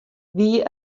wie